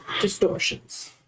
distortions